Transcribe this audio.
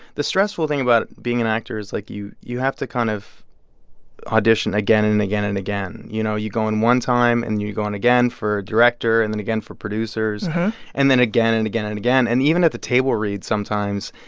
the stressful thing about being an actor is, like, you you have to kind of audition again and again and again, you know? you go in one time, and you go in again for a director and then again for producers and then again and again and again. and even at the table read sometimes,